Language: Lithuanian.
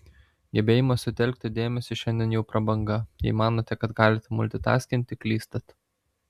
gebėjimas sutelkti dėmesį šiandien jau prabanga jei manote kad galite multitaskinti klystat